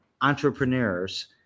entrepreneurs